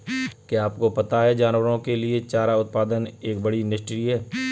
क्या आपको पता है जानवरों के लिए चारा उत्पादन एक बड़ी इंडस्ट्री है?